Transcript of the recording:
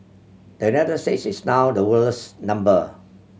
the is now the world's number